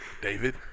David